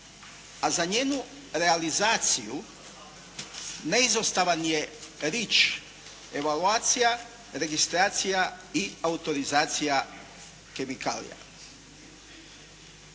a za njenu realizaciju neizostavan je "REACH" evaluacija, registracija i autorizacija kemikalija.